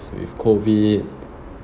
with COVID